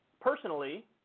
personally